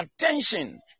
attention